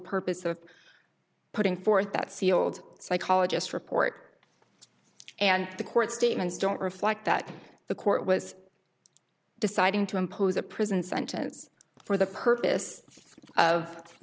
purpose of putting forth that sealed psychologist report and the court statements don't reflect that the court was deciding to impose a prison sentence for the purpose of